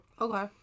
okay